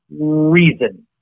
reason